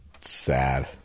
sad